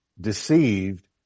deceived